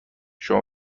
شما